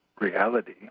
reality